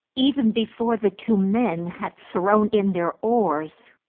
even before the two men had thrown in their oars,